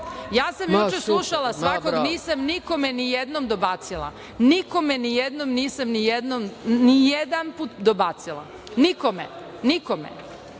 Juče sam slušala svakoga. Nisam nikome ni jednom dobacila. Nikome, ni jednom nisam ni jedan put dobacila, nikome, nikome. Svaki